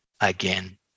again